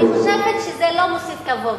אני חושבת שזה לא מוסיף כבוד,